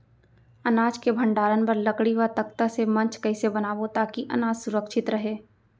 अनाज के भण्डारण बर लकड़ी व तख्ता से मंच कैसे बनाबो ताकि अनाज सुरक्षित रहे?